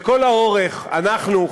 לכל האורך אנחנו,